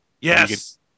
Yes